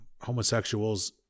Homosexuals